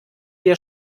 der